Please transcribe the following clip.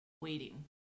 waiting